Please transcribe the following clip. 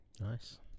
Nice